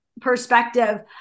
perspective